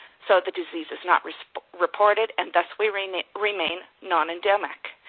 so the disease is not reported, and thus we remain remain non-endemic.